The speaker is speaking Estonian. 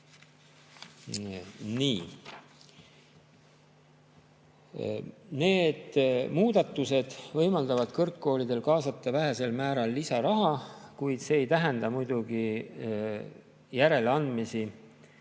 Need muudatused võimaldavad kõrgkoolidel kaasata vähesel määral lisaraha, kuid see ei tähenda muidugi järeleandmisi